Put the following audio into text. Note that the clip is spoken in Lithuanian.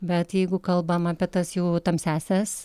bet jeigu kalbam apie tas jau tamsiąsias